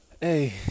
Hey